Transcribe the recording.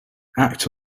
act